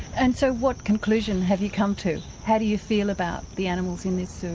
and so what conclusion have you come to? how do you feel about the animals in this